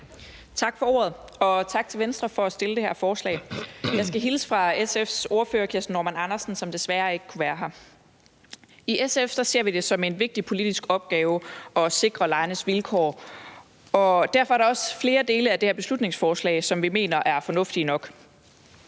Tak for ordet, og tak til Venstre for at fremsætte det her forslag. Jeg skulle hilse fra SF's ordfører, fru Kirsten Normann Andersen, som desværre ikke kunne være her. I SF ser vi det som en vigtig politisk opgave at sikre lejernes vilkår. Derfor er der også flere dele af det her beslutningsforslag, som vi mener er fornuftige nok.